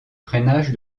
freinage